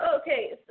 Okay